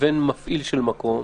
לבין מפעיל של מקום,